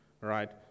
right